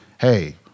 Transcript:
hey